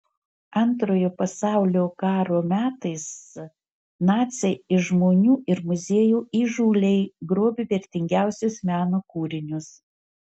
antrojo pasaulio karo metais naciai iš žmonių ir muziejų įžūliai grobė vertingiausius meno kūrinius